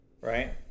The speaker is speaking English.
right